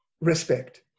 Respect